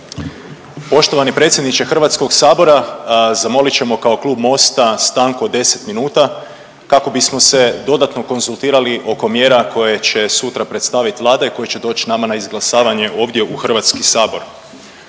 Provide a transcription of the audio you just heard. Poštovani predsjedniče HS zamolit ćemo kao Klub Mosta stanku od 10 minuta kako bismo se dodatno konzultirali oko mjera koje će sutra predstavit Vlada i koje će doć nama na izglasavanje ovdje u HS. Što